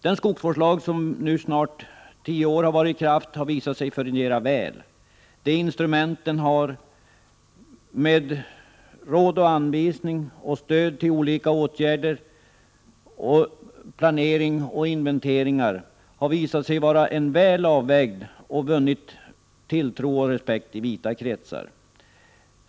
Den skogsvårdslag som nu i snart tio år har varit i kraft har visat sig fungera väl — de instrument den har med råd och anvisningar och stöd till olika åtgärder har visat sig vara väl avvägda och vunnit tilltro och respekt i vida kretsar.